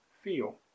Feel